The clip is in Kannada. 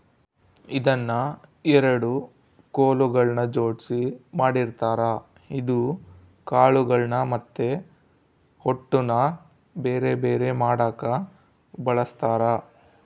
ಇದನ್ನ ಎರಡು ಕೊಲುಗಳ್ನ ಜೊಡ್ಸಿ ಮಾಡಿರ್ತಾರ ಇದು ಕಾಳುಗಳ್ನ ಮತ್ತೆ ಹೊಟ್ಟುನ ಬೆರೆ ಬೆರೆ ಮಾಡಕ ಬಳಸ್ತಾರ